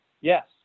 Yes